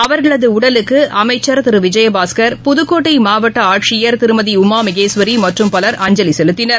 அவர்களதுஉடலுக்குஅமைச்சர் திருவிஜயபாஸ்கர் புதுக்கோட்டைமாவட்டஆட்சியர் திருமதிஉமாமகேஸ்வரிமற்றும் பலர் அஞ்சலிசெலுத்தினர்